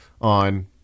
on